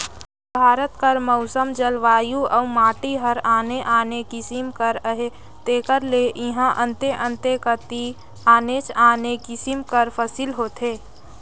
भारत कर मउसम, जलवायु अउ माटी हर आने आने किसिम कर अहे तेकर ले इहां अन्ते अन्ते कती आनेच आने किसिम कर फसिल होथे